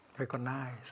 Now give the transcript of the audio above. recognize